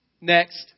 Next